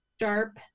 sharp